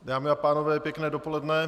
Dámy a pánové, pěkné dopoledne.